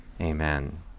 amen